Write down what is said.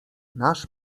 nasz